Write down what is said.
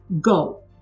go